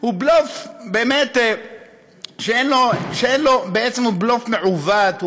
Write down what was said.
הוא בלוף שהוא בלוף מעוות,